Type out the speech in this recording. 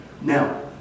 Now